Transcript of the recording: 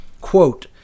Quote